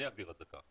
אני אגדיר את זה כך.